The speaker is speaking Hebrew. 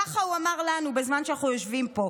ככה הוא אמר לנו בזמן שאנחנו יושבים פה.